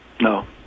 No